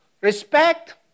respect